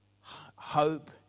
hope